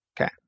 Okay